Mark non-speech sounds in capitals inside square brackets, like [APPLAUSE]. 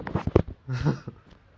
[LAUGHS] okay okay now